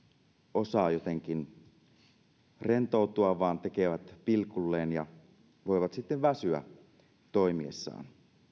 osaa jotenkin rentoutua vaan tekevät pilkulleen ja voivat sitten väsyä toimiessaan